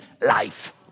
life